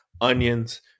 onions